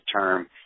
term